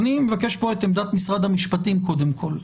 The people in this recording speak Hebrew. אני מבקש כאן את עמדת משרד המשפטים קודם כל.